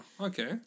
Okay